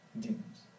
demons